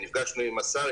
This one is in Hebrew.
נפגשנו עם השר.